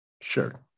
Sure